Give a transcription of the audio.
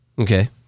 Okay